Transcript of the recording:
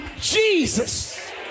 Jesus